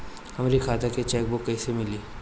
हमरी खाता के लिए चेकबुक कईसे मिली?